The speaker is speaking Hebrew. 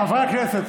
חברי הכנסת,